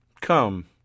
Come